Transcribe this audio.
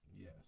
Yes